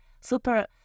super